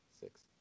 six